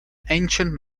ancient